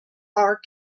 our